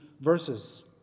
verses